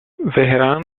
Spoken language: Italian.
vehrehan